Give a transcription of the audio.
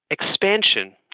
expansion